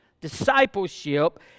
discipleship